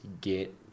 get